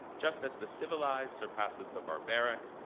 just as the civilized surpasses the barbaric,